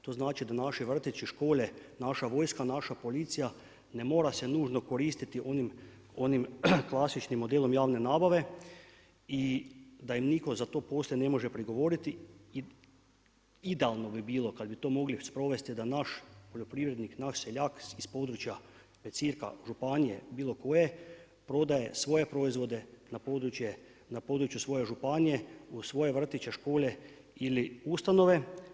To znači, da naši vrtići, škole, naša vojska, naša policija, ne mora se nužno koristiti onim klasičnim modelom javne nabave i da im nitko za to poslije ne može prigovoriti idealno bi bilo kada bi to mogli sprovesti da naš poljoprivrednik, naš seljak iz područja … županije bilo koje prodaje svoje proizvode na području svoje županije, u svoje vrtiće, škole ili ustanove.